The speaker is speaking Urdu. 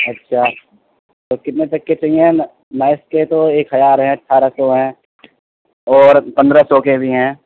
اچھا تو کتنے تک کے چاہیے نائک کے تو ایک ہزار ہیں اٹھارہ سو ہیں اور پندرہ سو کے بھی ہیں